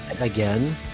again